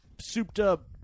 souped-up